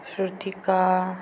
Shrutika